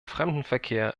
fremdenverkehr